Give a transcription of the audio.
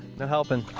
no helping.